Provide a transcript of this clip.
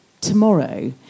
tomorrow